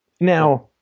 Now